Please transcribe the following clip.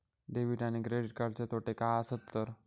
Debit आणि credit कार्डचे तोटे काय आसत तर?